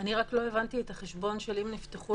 אני רק לא הבנתי את החשבון, שאם נפתחו